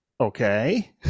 okay